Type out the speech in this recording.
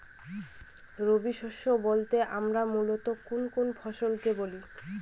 রবি শস্য বলতে আমরা মূলত কোন কোন ফসল কে বলি?